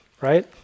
right